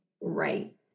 right